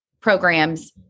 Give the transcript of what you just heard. programs